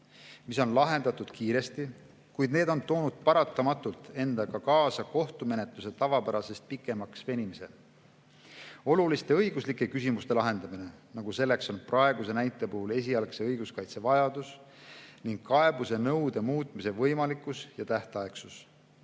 mis on lahendatud kiiresti, kuid need on toonud paratamatult endaga kaasa kohtumenetluse tavapärasest pikemaks venimise. Oluliste õiguslike küsimuste lahendamine, nagu on praeguse näite puhul esialgse õiguskaitse vajadus ning kaebuse nõude muutmise võimalikkus ja tähtaegsus